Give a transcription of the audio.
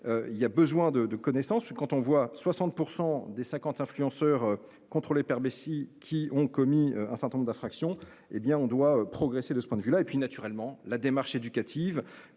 il y a besoin de de connaissances. Quand on voit 60% des 50 influenceurs. Permet si qui ont commis un certain nombre d'infractions. Hé bien on doit progresser. De ce point de vue-là et puis naturellement la démarche éducative